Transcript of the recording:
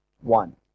One